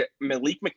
Malik